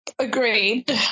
agreed